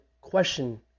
question